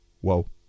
whoa